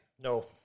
No